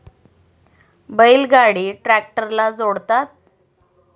बैल गाडी ट्रॅक्टरला जोडतात